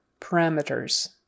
Parameters